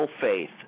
faith